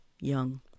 young